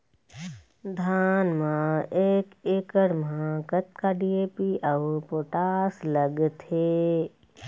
धान म एक एकड़ म कतका डी.ए.पी अऊ पोटास लगथे?